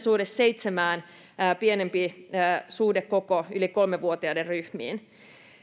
seitsemän pienempi suhdekoko yli kolme vuotiaiden ryhmiin